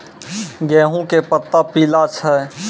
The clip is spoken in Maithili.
गेहूँ के पत्ता पीला छै?